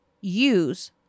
use